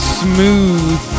smooth